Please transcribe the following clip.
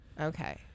Okay